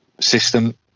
system